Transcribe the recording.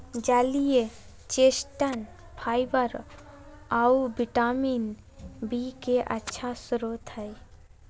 जलीय chestnut fibre आऊ vitamin B के अच्छा स्रोत हइ